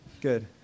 good